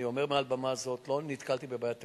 אני אומר מעל במה זו: לא נתקלתי בבעיית תקציב.